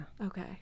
Okay